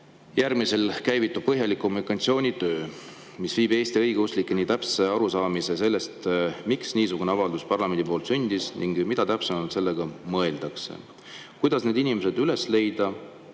järel käivitub põhjalik kommunikatsioonitöö, mis viib Eesti õigeusklikud täpse arusaamiseni sellest, miks niisugune avaldus parlamendis sündis ning mida täpsemalt sellega mõeldakse. Kuidas need inimesed üles leida,